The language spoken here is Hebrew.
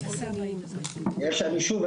שוב,